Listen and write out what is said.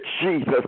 Jesus